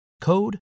code